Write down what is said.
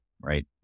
Right